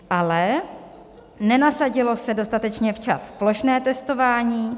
Ale nenasadilo se dostatečně včas plošné testování.